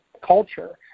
culture